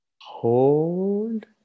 Hold